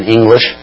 English